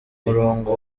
murongo